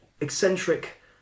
eccentric